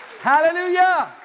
hallelujah